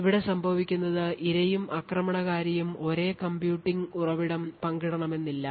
ഇവിടെ സംഭവിക്കുന്നത് ഇരയും ആക്രമണകാരിയും ഒരേ കമ്പ്യൂട്ടിംഗ് ഉറവിടം പങ്കിടണമെന്നില്ല